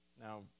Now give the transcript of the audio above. Now